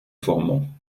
formans